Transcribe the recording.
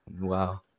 Wow